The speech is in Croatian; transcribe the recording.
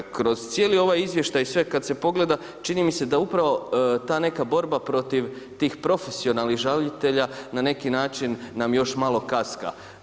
Kroz cijeli ovaj izvještaj i sve kada se pogleda čini mi se da upravo ta neka borba protiv tih profesionalnih žalitelja na neki način nam još malo kaska.